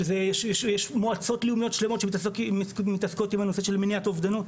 כשיש מועצות לאומיות שלמות שמתעסקות עם הנושא של מניעת אובדנות.